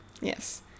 Yes